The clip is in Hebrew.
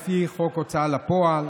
(גבייה לפי חוק ההוצאה לפועל),